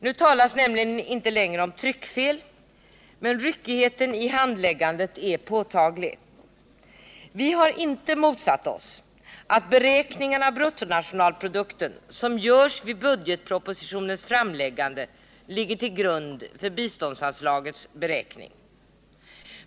Det talas nämligen inte längre om tryckfel, men ryckigheten i handläggandet är påtaglig. Vi har inte motsatt oss att beräkningen av bruttonationalprodukten vid budgetpropositionens framläggande ligger till grund för beräkningen av biståndsanslaget.